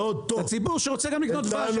הציבור שרוצה לקנות דבש,